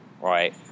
right